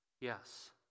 Yes